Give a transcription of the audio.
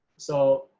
so,